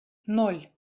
ноль